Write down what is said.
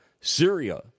Syria